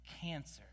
cancer